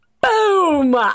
boom